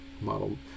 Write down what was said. model